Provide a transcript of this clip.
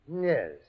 Yes